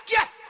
Yes